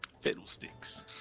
Fiddlesticks